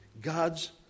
God's